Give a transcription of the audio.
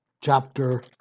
chapter